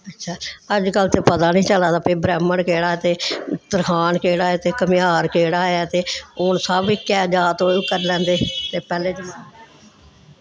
अच्छा अच्छा अजकल्ल ते पता निं चला दा भई ब्राह्मण केह्ड़ा ते तरखान केह्ड़ा ऐ ते घमेहार केह्ड़ा ते हून सब इक्कै जात ओह् करी लैंदे ते पैह्ले जमान्ने